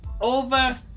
over